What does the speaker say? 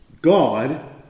God